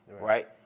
right